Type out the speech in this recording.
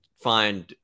find